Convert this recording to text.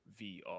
VR